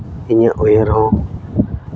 ᱤᱧᱟᱹᱜ ᱩᱭᱦᱟᱹᱨ ᱦᱚᱸ